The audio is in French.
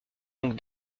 donc